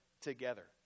together